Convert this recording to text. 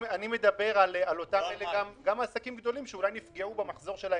זה חשוב להדגיש.